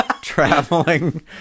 traveling